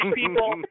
people